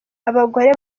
abagore